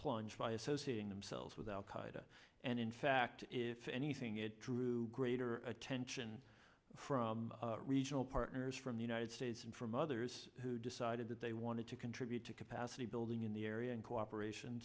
plunge by associating themselves with al qaida and in fact if anything it drew greater attention from regional partners from the united states and from others who decided that they wanted to contribute to capacity building in the area in cooperation